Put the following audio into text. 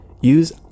use